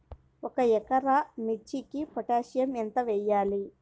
ఒక ఎకరా మిర్చీకి పొటాషియం ఎంత వెయ్యాలి?